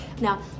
Now